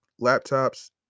laptops